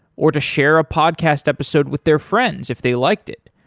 or to share a podcast episode with their friends if they liked it?